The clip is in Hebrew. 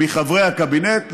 מחברי הקבינט.